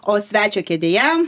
o svečio kėdėje